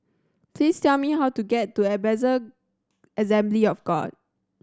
please tell me how to get to Ebenezer Assembly of God